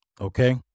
Okay